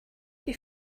you